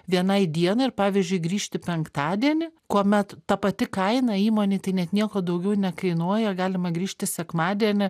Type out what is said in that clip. vienai dienai ir pavyzdžiui grįžti penktadienį kuomet ta pati kaina įmonei tai net nieko daugiau nekainuoja galima grįžti sekmadienį